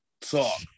talk